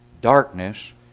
darkness